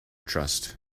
trust